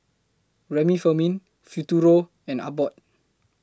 Remifemin Futuro and Abbott